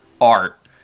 art